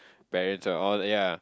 parents and all ya